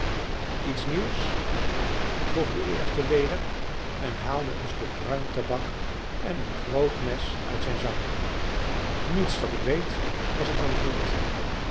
iets nieuws vroeg de eerste weder en haalde een stuk pruimtabak en een groot mes uit zijn zak niets dat ik weet was het antwoord